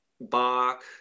Bach